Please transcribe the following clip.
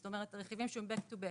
זאת אומרת, רכיבים שהם Back to back